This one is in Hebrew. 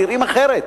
להיראות אחרת?